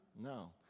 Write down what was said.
No